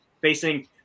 Facing